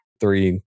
three